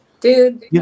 Dude